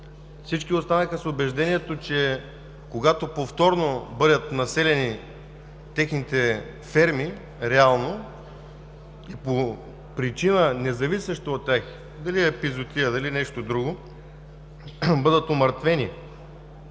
Всички останаха с убеждението, че когато повторно бъдат населени техните ферми реално и по причина, независеща от тях – дали е епизоотия, дали нещо друго, бъдат умъртвени